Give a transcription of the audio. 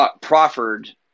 proffered